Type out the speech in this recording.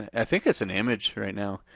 i think it's an image right now.